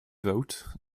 vote